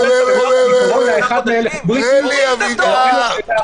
הגל הראשון של השפעת הספרדית --- הוא מדבר אבל --- אבל תן לו לדבר.